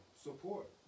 Support